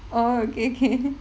orh okay okay